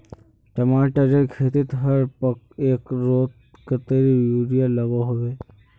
टमाटरेर खेतीत हर एकड़ोत कतेरी यूरिया लागोहो होबे?